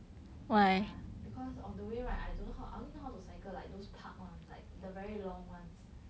ya because on the way right I don't know how I only know how to cycle like those park [one] like the very long ones no it's three I'm talking about ah